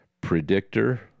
predictor